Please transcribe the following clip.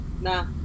No